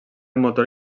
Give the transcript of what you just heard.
motor